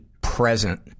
present